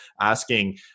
asking